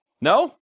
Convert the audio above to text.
No